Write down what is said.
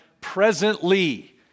presently